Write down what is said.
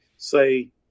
say